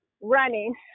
running